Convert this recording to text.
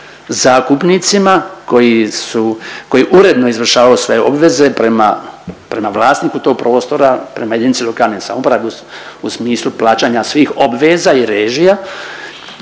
zakupnicima koji su, koji uredno izvršavaju svoje obveze prema, prema vlasniku tog prostora, prema JLS u smislu plaćanja svih obveza i režija,